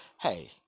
Hey